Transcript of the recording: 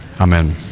amen